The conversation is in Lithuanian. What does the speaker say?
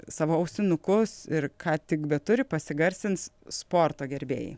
savo ausinukus ir ką tik beturi pasigarsins sporto gerbėjai